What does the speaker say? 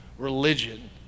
Religion